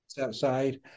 outside